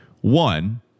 one